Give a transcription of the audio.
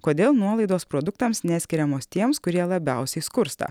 kodėl nuolaidos produktams neskiriamos tiems kurie labiausiai skursta